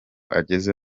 ageze